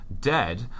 dead